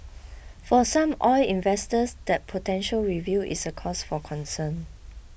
for some oil investors that potential review is a cause for concern